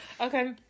Okay